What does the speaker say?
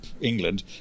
England